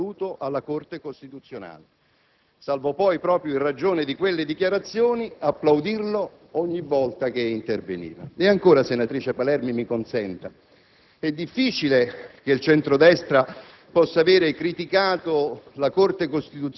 sia esattamente quel parlamentare che il centro‑sinistra ostinatamente non ha voluto alla Corte costituzionale, salvo poi - proprio in ragione di quelle dichiarazioni - applaudirlo ogni volta che interveniva. E ancora, senatrice Palermi, mi consenta